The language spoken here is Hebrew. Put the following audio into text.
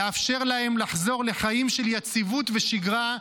לאפשר להם לחזור לחיים של יציבות ושגרה,